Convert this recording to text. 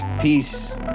peace